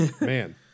Man